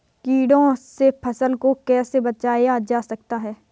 कीटों से फसल को कैसे बचाया जा सकता है?